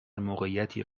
موقعیتی